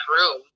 room